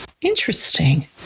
Interesting